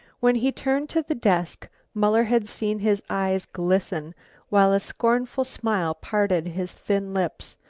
when he turned to the desk, muller had seen his eyes glisten while a scornful smile parted his thin lips.